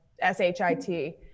s-h-i-t